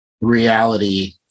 reality